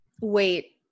wait